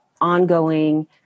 ongoing